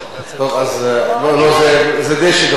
לא, לא, זה די שגרתי.